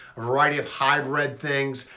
a variety of hybrid things.